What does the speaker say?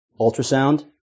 ultrasound